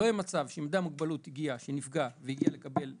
שלא יהיה מצב שאדם עם מוגבלות נפגע והגיע לקבל שירות,